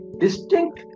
distinct